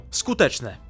skuteczne